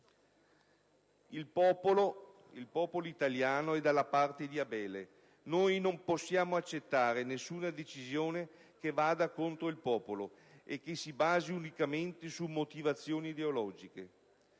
Il popolo italiano è dalla parte di Abele, e noi non possiamo accettare nessuna decisione che vada contro il popolo e che si basi unicamente su motivazioni ideologiche.